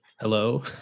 hello